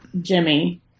Jimmy